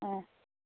ஆ